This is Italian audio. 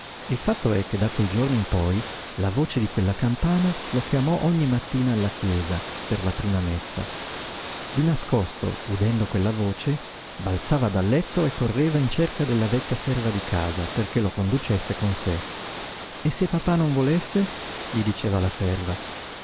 il fatto è che da quel giorno in poi la voce di quella campana lo chiamò ogni mattina alla chiesa per la prima messa di nascosto udendo quella voce balzava dal letto e correva in cerca della vecchia serva di casa perché lo conducesse con sé e se papà non volesse gli diceva la serva